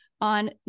on